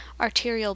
arterial